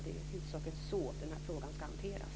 Det är i huvudsak så som den här frågan ska hanteras.